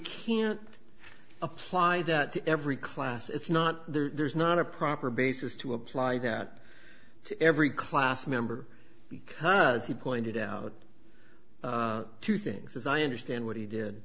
can't apply that to every class it's not there's not a proper basis to apply that to every class member because he pointed out two things as i understand what he did